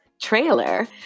trailer